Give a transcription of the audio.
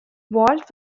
vault